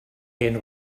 hen